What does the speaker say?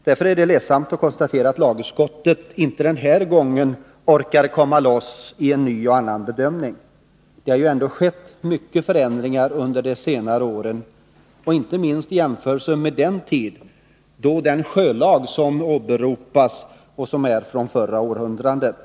Därför är det ledsamt att behöva konstatera att lagutskottet inte heller den här gången orkade ”komma loss” och göra en ny och annan bedömning. Det har ändå skett många förändringar under de senare åren, och man kan i det sammanhanget peka på att den sjölag som åberopas är från förra århundradet.